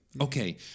Okay